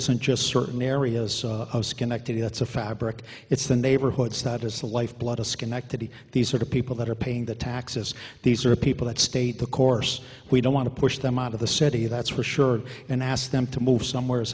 isn't just certain areas of schenectady that's a fabric it's the neighborhoods that is the lifeblood of schenectady these are the people that are paying the taxes these are people that stay the course we don't want to push them out of the city that's for sure and asked them to move somewhere